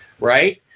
Right